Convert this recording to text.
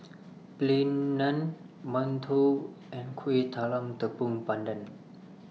Plain Naan mantou and Kuih Talam Tepong Pandan